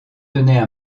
tenaient